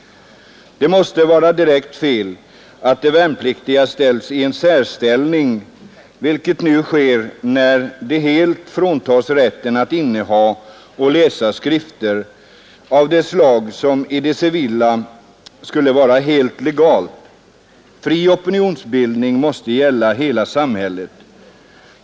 Det måste vara direkt fel att de värnpliktiga kommer i en särställning, vilket nu sker när de helt fråntas rätten att inneha och läsa skrifter av sådant slag som det i det civila är helt legalt att inneha och läsa. En fri opinionsbildning måste gälla hela samhället.